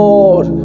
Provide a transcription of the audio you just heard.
Lord